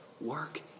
work